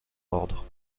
ordre